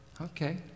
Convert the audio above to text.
Okay